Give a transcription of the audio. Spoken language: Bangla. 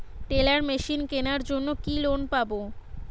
টেলার মেশিন কেনার জন্য কি লোন পাব?